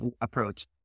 approach